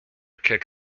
kick